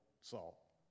Saul